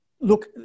Look